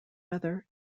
weather